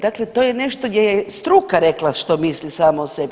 Dakle, to je nešto gdje je struka rekla što misli sama o sebi.